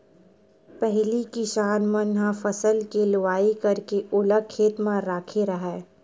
पहिली किसान मन ह फसल के लुवई करके ओला खेते म राखे राहय